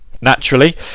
naturally